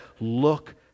Look